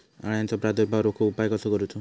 अळ्यांचो प्रादुर्भाव रोखुक उपाय कसो करूचो?